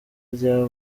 rya